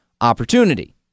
opportunity